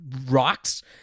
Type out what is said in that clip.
rocks